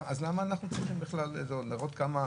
אז למה אנחנו צריכים בכלל להראות כמה,